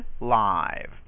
live